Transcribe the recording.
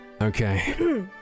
Okay